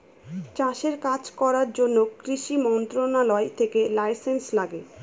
চাষের কাজ করার জন্য কৃষি মন্ত্রণালয় থেকে লাইসেন্স লাগে